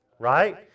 right